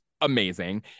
amazing